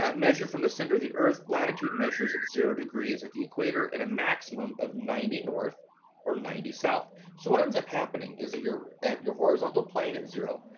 measure from the center of the earth latitude measures at zero degrees at the equator and a maximum of ninety north or ninety south. so what ends up happening is that you're at your horizontal plane at zero,